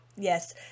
Yes